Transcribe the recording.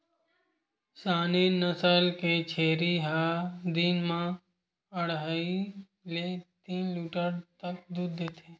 Saanen नसल के छेरी ह दिन म अड़हई ले तीन लीटर तक दूद देथे